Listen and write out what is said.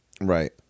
right